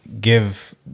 give